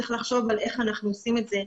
צריך לחשוב על איך אנחנו עושים את זה,